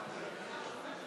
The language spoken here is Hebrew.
לסעיף 1 לחוק ההתייעלות